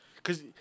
Cause